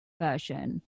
version